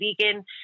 vegan